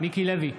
מיקי לוי,